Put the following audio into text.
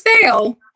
sale